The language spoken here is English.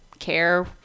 care